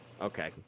Okay